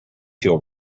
feel